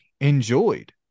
enjoyed